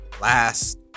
last